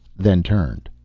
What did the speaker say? then turned.